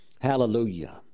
Hallelujah